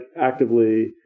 actively